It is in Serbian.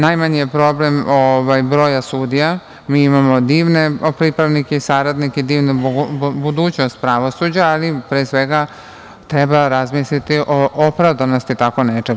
Najmanji je problem broj sudija, mi imamo divne pripravnike i saradnike, divnu budućnost pravosuđa, ali pre svega treba razmisliti o opravdanosti takvog nečega.